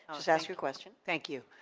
just ask your question. thank you.